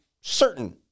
certain